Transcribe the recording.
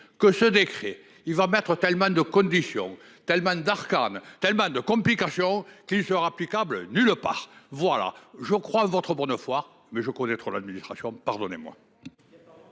que ce décret il va mettre tellement de conditions Thalmann d'Arkan Thelma de complications qui sera applicable nulle part. Voilà je crois votre bonne foi mais je connais trop l'administration pardonnez-moi.